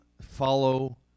follow